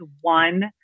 one